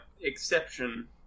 exception